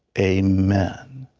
a man.